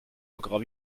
encore